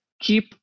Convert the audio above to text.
keep